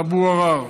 אבו עראר.